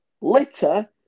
Litter